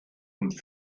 und